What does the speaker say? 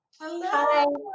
Hello